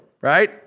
right